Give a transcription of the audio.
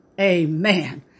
Amen